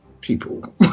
people